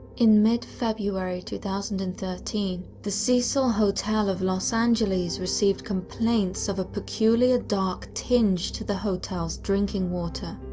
in mid-february two thousand and thirteen, the cecil hotel of los angeles received complaints of a peculiar, dark tinge to the hotel's drinking water.